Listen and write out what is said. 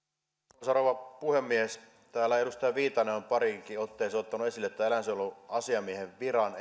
arvoisa rouva puhemies täällä edustaja viitanen on pariinkin otteeseen ottanut esille tämän eläinsuojeluasiamiehen viran